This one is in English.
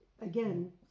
again